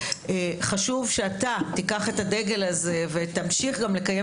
חשוב שאתה תיקח את הדגל הזה ותמשיך גם לקיים